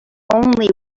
only